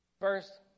First